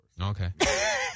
Okay